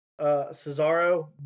Cesaro